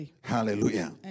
Hallelujah